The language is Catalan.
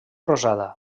rosada